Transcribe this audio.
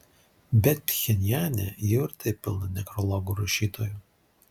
bet pchenjane jau ir taip pilna nekrologų rašytojų